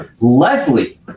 Leslie